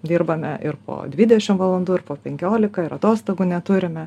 dirbame ir po dvidešim valandų ir po penkiolika ir atostogų neturime